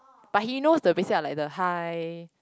but he knows the basic ah like the hi